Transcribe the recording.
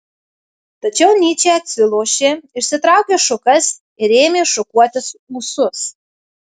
tačiau nyčė atsilošė išsitraukė šukas ir ėmė šukuotis ūsus